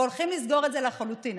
והולכים לסגור את זה לחלוטין.